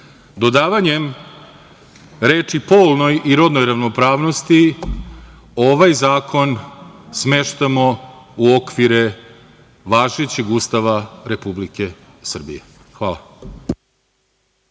Dodavanjem reči: „polnoj i rodnoj ravnopravnosti“ ovaj zakon smeštamo u okvire važećeg Ustava Republike Srbije. Hvala.